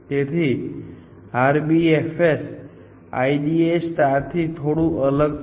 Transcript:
તેથી RBFS IDA થી થોડું અલગ છે